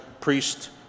priest